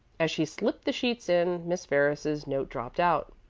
as she slipped the sheets in, miss ferris's note dropped out.